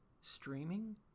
streaming